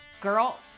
Girl